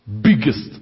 biggest